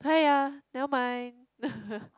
(aiya) nevermind